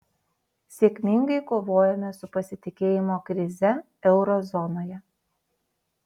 sėkmingai kovojome su pasitikėjimo krize euro zonoje